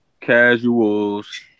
Casuals